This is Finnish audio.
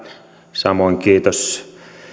samoin kiitos